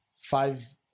five